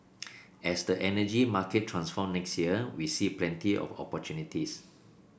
as the energy market transforms next year we see plenty of opportunities